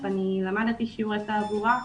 למדתי שיעורי תעבורה,